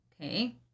Okay